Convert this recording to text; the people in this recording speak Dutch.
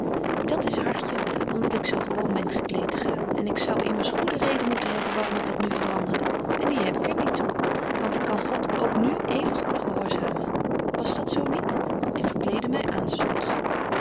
dat is hartje om dat ik zo gewoon ben gekleet te gaan en ik zou immers goede reden moeten hebben waarom ik dat nu veranderde en die heb ik er niet toe want ik kan god ook nu even goed gehoorzamen was dat zo niet ik verkleedde my aanstonds